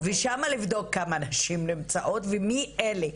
ושמה לבדוק כמה נשים נמצאות ומי אלה,